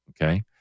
okay